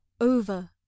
over